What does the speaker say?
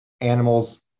animals